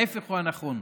ההפך הוא הנכון.